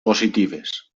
positives